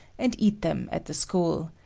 and eat them at the school.